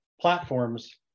platforms